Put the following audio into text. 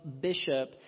bishop